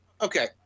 Okay